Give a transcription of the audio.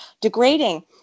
degrading